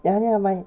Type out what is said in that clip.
ya ya my